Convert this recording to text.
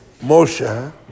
Moshe